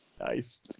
Nice